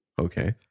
Okay